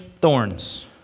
thorns